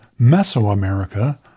Mesoamerica